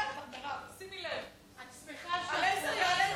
חוק לתיקון פקודת הרוקחים (מס' 35),